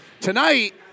Tonight